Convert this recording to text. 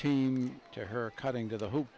team to her cutting to the hoop